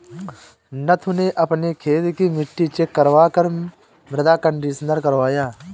नथु ने अपने खेत की मिट्टी चेक करवा कर मृदा कंडीशनर करवाया